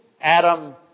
Adam